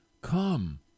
come